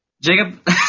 Jacob